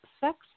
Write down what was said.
sex